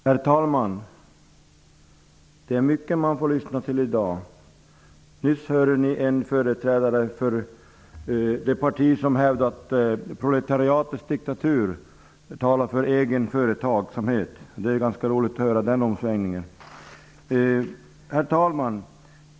Herr talman! Det är mycket som man får lyssna till här i dag. Nyss hörde vi en företrädare för det parti som hävdar att proletariatets diktatur talar för egenföretagsamhet. Det är ganska roligt att få höra den omsvängningen. Herr talman!